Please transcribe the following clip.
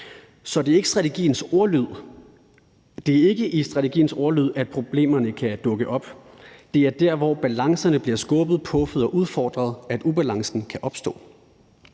Så det er ikke i strategiens ordlyd, at problemerne kan dukke op; det er der, hvor balancerne bliver skubbet, puffet til og udfordret, at ubalancen kan opstå.